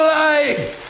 life